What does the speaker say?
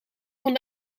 van